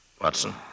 Watson